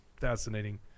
fascinating